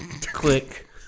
Click